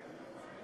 רצון